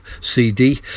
CD